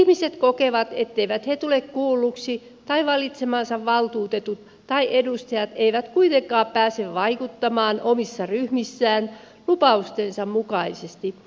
ihmiset kokevat että he eivät tule kuulluksi tai heidän valitsemansa valtuutetut tai edustajat eivät kuitenkaan pääse vaikuttamaan omissa ryhmissään lupaustensa mukaisesti